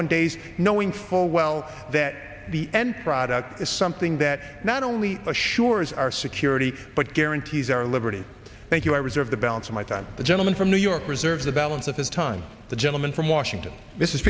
one days knowing full well that the end product is something that not only assures our security but guarantees our liberty thank you i reserve the balance of my time the gentleman from new york preserves the balance of his time the gentleman from washington this is